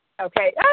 Okay